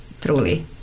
Truly